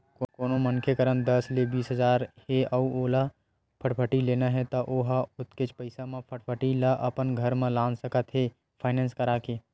कोनो मनखे करन दस ले बीस हजार हे अउ ओला फटफटी लेना हे त ओ ह ओतकेच पइसा म फटफटी ल अपन घर म लान सकत हे फायनेंस करा के